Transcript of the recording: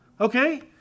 okay